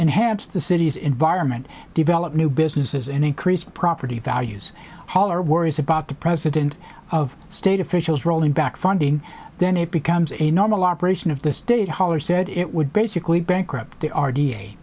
enhance the city's environment develop new businesses and increase property values hollar worries about the president of state officials rolling back funding then it becomes a normal operation of the state hollar said it would basically bankrupt